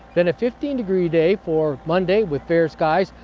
then a fifteen degree day for monday with fair skies,